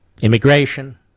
immigration